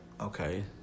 Okay